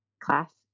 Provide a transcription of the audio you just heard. class